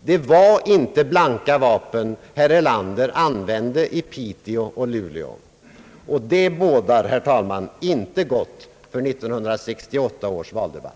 Det var inte blanka vapen herr Erlander använde i Piteå och Luleå. Det bådar inte gott för 1968 års valdebatt.